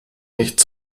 nicht